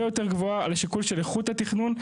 יותר גבוהה על השיקול של איכות התכנון,